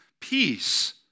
peace